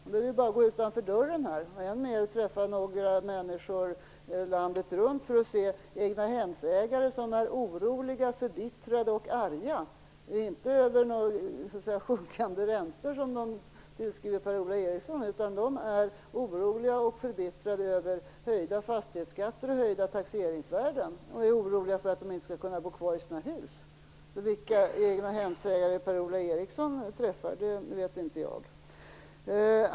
Man behöver ju bara gå utanför dörren, här och i ännu högre grad i övriga landet, för att träffa egnahemsägare som är oroliga, förbittrade och arga, inte över några sjunkande räntor som de skulle tillskriva Per-Ola Eriksson utan över höjda fastighetsskatter och höjda taxeringsvärden. De är förbittrade och oroliga för att de inte skall kunna bo kvar i sina hus. Vilka egnahemsägare Per-Ola Eriksson träffar vet inte jag.